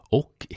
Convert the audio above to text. och